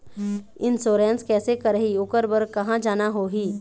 Insurance कैसे करही, ओकर बर कहा जाना होही?